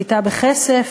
שליטה בכסף,